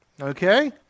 Okay